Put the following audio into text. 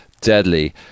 deadly